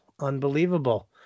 Unbelievable